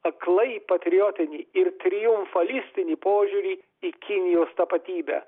aklai patriotinį ir triumfalistinį požiūrį į kinijos tapatybę